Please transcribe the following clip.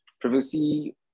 privacy